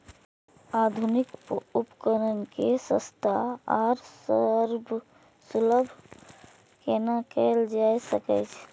आधुनिक उपकण के सस्ता आर सर्वसुलभ केना कैयल जाए सकेछ?